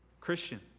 Christian